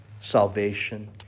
salvation